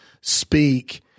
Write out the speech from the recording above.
speak